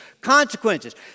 consequences